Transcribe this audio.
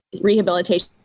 rehabilitation